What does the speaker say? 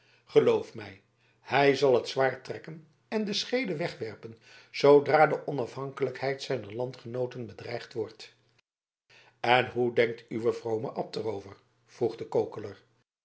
geloof mij hij zal het zwaard trekken en de scheede wegwerpen zoodra de onafhankelijkheid zijner landgenooten bedreigd wordt en hoe denkt uw vrome abt er over vroeg de kokeler